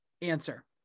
answer